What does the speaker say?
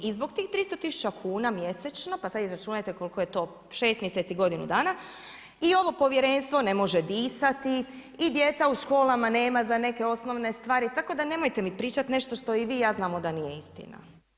I zbog tih 300000 kn mjesečno, pa sad izračunajte, koliko je to, 6 mjeseci, godinu dana i ovo povjerenstvo ne može disati i djeca u školama nema za neke osobne stvari, tako da nemojte mi pričati nešto što i vi i ja znamo, da nije istina.